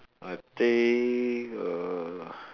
I think uh